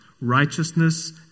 righteousness